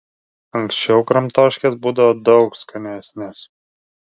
anksčiau kramtoškės būdavo daug skanesnės